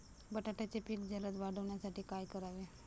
बटाट्याचे पीक जलद वाढवण्यासाठी काय करावे?